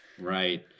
Right